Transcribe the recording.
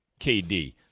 KD